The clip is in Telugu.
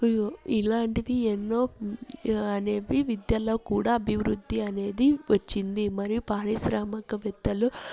ఇలాంటివి ఎన్నో అనేవి విద్యలో కూడా అభివృద్ధి అనేది వచ్చింది మరియు పారిశ్రామిక పెద్దలు